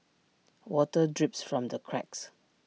water drips from the cracks